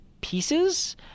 pieces